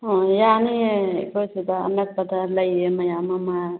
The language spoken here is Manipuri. ꯑꯣ ꯌꯥꯅꯤꯌꯦ ꯑꯩꯈꯣꯏ ꯁꯤꯗ ꯑꯅꯛꯄꯗ ꯂꯩꯌꯦ ꯃꯌꯥꯝ ꯑꯃ